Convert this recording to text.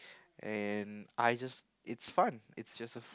and I just it's fun it's just a